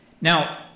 Now